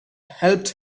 helped